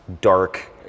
dark